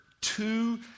two